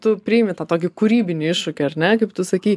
tu priimi tą tokį kūrybinį iššūkį ar ne kaip tu sakei